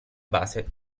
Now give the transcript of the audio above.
base